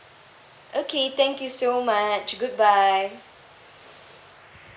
okay thank you so much goodbye